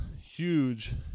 huge